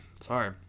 sorry